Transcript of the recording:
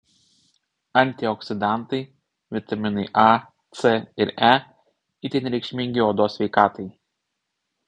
antioksidantai vitaminai a c ir e itin reikšmingi odos sveikatai